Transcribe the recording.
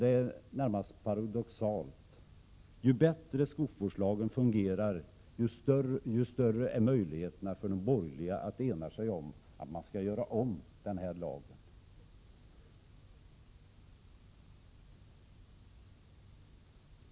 Det är närmast paradoxalt: ju bättre skogsvårdslagen fungerar, desto större är möjligheterna för de borgerliga att enas om att göra om den lagen.